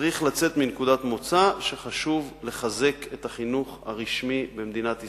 צריך לצאת מנקודת מוצא שחשוב לחזק את החינוך הרשמי במדינת ישראל,